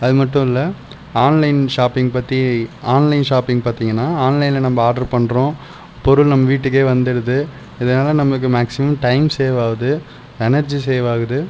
அதுமட்டும் இல்லை online shopping பற்றி ஆன்லைன் ஷாப்பிங் பார்த்தீங்கன்னா ஆன்லைனில் நம்ம ஆர்டர் பண்ணுறோம் பொருள் நம்ம வீட்டுக்கே வந்துவிடுது இதனால் நமக்கு மேக்ஸிமம் டைம் சேவ் ஆகுது எனர்ஜி சேவ் ஆகுது